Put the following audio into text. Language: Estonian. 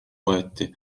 võeti